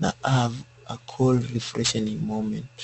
na have a cool refreshening moment .